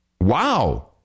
Wow